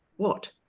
what?